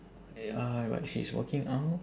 eh uh but she's walking out